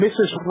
Mrs